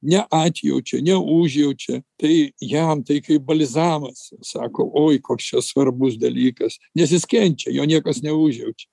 neatjaučia neužjaučia tai jam tai kaip balzamas ir sako oi koks čia svarbus dalykas nes jis kenčia jo niekas neužjaučia